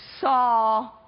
saw